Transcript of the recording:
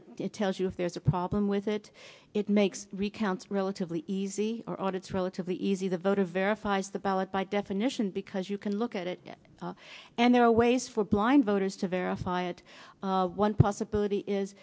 it tells you if there's a problem with it it makes recounts relatively easy or audits relatively easy the voter verifies the ballot by definition because you can look at it and there are ways for blind voters to verify it one possibility is